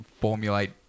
formulate